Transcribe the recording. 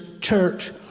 church